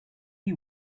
you